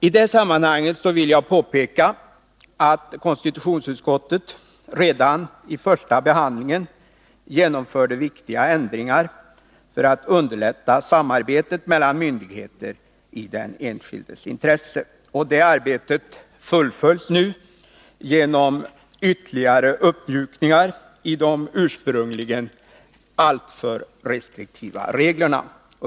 I detta sammanhang vill jag påpeka att konstitutionsutskottet redan i första behandlingen genomförde viktiga ändringar för att underlätta 55 samarbetet mellan myndigheter i den enskildes intresse. Det arbetet fullföljs nu genom ytterligare uppmjukningar i de ursprungligen alltför restriktiva reglerna.